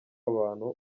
abantu